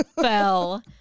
fell